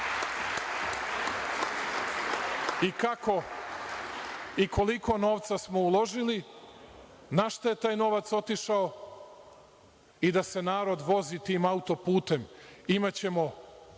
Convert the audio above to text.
i kako i koliko novca smo uložili, na šta je taj novac otišao i da se narod vozi tim autoputem. Imaćemo